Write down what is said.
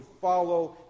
follow